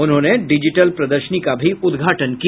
उन्होंने डिजिटल प्रदर्शनी का भी उद्घाटन किया